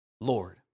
Lord